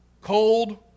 Cold